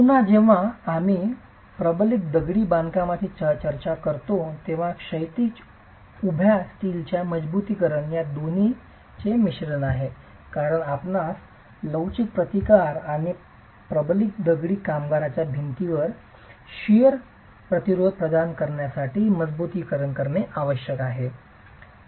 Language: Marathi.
पुन्हा जेव्हा आम्ही प्रबलित दगडी बांधकामाची चर्चा करतो तेव्हा ते क्षैतिज आणि उभ्या स्टीलच्या मजबुतीकरण या दोहोंचे मिश्रण आहे कारण आपणास लवचिक प्रतिकार आणि प्रबलित दगडी बांधकामाच्या भिंतीवर कातरणे प्रतिरोध प्रदान करण्यासाठी मजबुतीकरण आवश्यक आहे